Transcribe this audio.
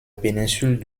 péninsule